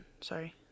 sorry